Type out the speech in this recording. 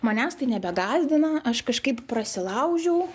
manęs tai nebegąsdina aš kažkaip prasilaužiau